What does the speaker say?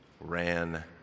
ran